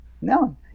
no